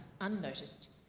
unnoticed